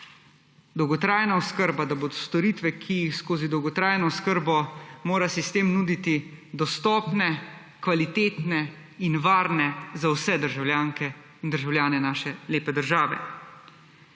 dolgotrajna oskrba, da bodo storitve, ki jih skozi dolgotrajno oskrbo mora sistem nuditi, dostopne, kvalitetne in varne za vse državljanke in državljane naše lepe države.